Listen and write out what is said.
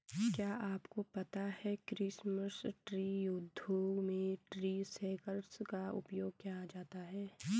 क्या आपको पता है क्रिसमस ट्री उद्योग में ट्री शेकर्स का उपयोग किया जाता है?